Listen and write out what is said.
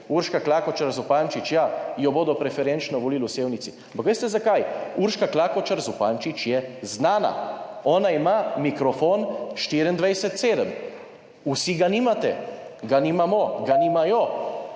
Urška Klakočar Zupančič, ja, jo bodo preferenčno volili v Sevnici. Ampak veste zakaj? Urška Klakočar Zupančič je znana, ona ima mikrofon 24/7. Vsi ga nimate, ga nimamo, ga nimajo.